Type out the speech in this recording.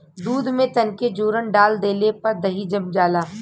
दूध में तनके जोरन डाल देले पर दही जम जाला